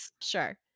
Sure